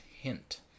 hint